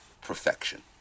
perfection